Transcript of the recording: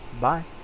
Bye